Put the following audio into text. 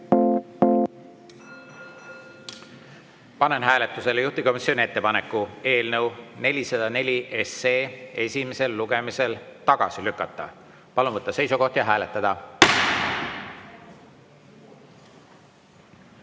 Panen hääletusele juhtivkomisjoni ettepaneku eelnõu 404 esimesel lugemisel tagasi lükata. Palun võtta seisukoht ja hääletada!